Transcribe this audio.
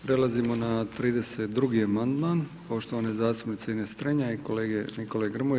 Prelazimo na 32. amandman poštovane zastupnice Ines Strenja i kolege Nikole Grmoje.